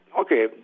okay